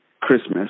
christmas